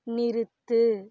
நிறுத்து